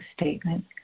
statement